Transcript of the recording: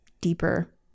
deeper